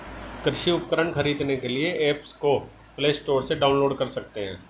कृषि उपकरण खरीदने के लिए एप्स को प्ले स्टोर से डाउनलोड कर सकते हैं